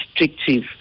restrictive